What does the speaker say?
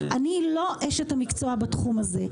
אני לא אשת המקצוע בתחום הזה.